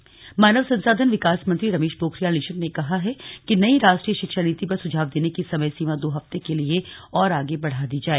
निशंक मानव संसाधन विकास मंत्री रमेश पोखरियाल निशंक ने कहा है कि नई राष्ट्रीय शिक्षा नीति पर सुझाव देने की समय सीमा दो हफ्ते के लिए और आगे बढ़ा दी जाए